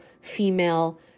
female